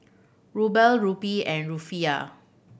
Ruble Rupee and Rufiyaa